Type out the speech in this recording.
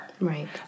Right